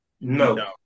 No